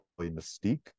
mystique